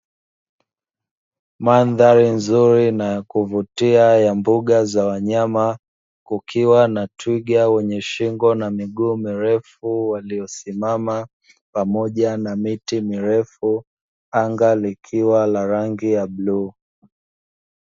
Mandhari nzuri na ya kuvutia ya mbuga za wanyama, kukiwa na twiga wenye shingo na miguu mirefu, waliosimama pamoja na miti mirefu, anga likiwa la rangi ya bluu.